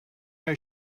know